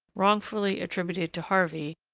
wrongfully attributed to harvey,